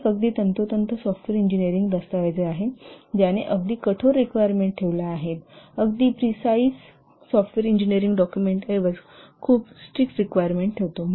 हे एक अगदी तंतोतंत सॉफ्टवेअर इंजिनीरिंग दस्तऐवज आहे ज्याने अगदी कठोर रिक्वायरमेंट ठेवल्या आहेत अगदी प्रिसाईज सॉफ्टवेअर इंजिनीरिंग डॉक्युमेंटऐवज खूप स्ट्रीक रिक्वायरमेंट ठेवतो